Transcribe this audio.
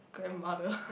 grandmother